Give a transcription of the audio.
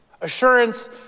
Assurance